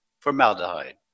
formaldehyde